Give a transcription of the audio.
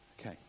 Okay